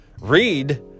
Read